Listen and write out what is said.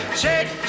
shake